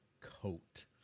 coat